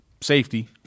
safety